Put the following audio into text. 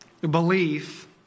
belief